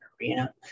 Arena